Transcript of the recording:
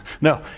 No